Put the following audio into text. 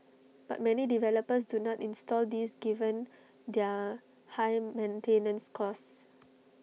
but many developers do not install these given their high maintenance costs